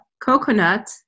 coconut